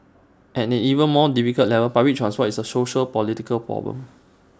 and an even more difficult level public transport is A sociopolitical problem